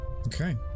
Okay